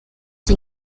den